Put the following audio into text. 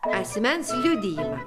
asmens liudijimą